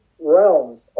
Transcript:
realms